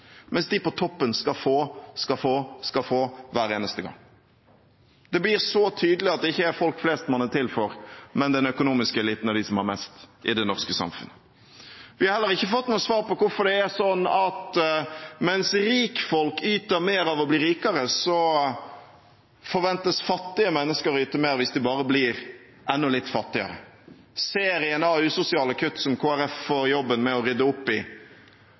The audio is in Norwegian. mens de på toppen skal få og få og få, hver eneste gang. Det blir så tydelig at det ikke er folk flest man er til for, men den økonomiske eliten og de som har mest i det norske samfunnet. Vi har heller ikke fått noe svar på hvorfor det er sånn at mens rikfolk yter mer av å bli rikere, forventes fattige mennesker å yte mer hvis de bare blir enda litt fattigere. Serien av usosiale kutt som Kristelig Folkeparti får jobben med å rydde opp i,